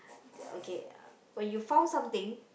the okay when you found something